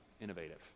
innovative